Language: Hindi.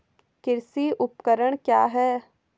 कृषि उपकरण क्या है?